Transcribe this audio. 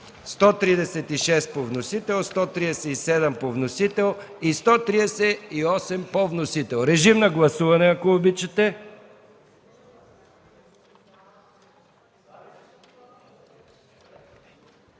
136 по вносител, чл. 137 по вносител и чл. 138 по вносител. Режим на гласуване, ако обичате.